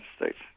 States